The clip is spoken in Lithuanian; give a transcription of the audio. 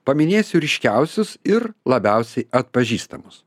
paminėsiu ryškiausius ir labiausiai atpažįstamus